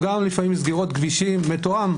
של חברי הכנסת אוהד טל,